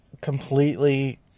completely